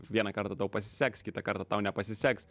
vieną kartą tau pasiseks kitą kartą tau nepasiseks